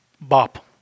bop